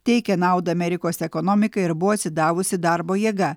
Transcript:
teikia naudą amerikos ekonomikai ir buvo atsidavusi darbo jėga